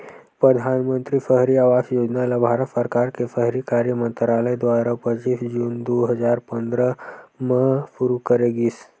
परधानमंतरी सहरी आवास योजना ल भारत सरकार के सहरी कार्य मंतरालय दुवारा पच्चीस जून दू हजार पंद्रह म सुरू करे गिस